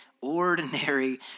ordinary